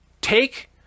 take